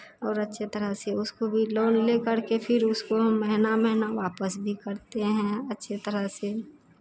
और अच्छे तरह से उसको भी लोन ले करके फिर उसको हम महिना महिना वापस भी करते हैं अच्छे तरह से